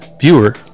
viewer